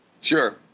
Sure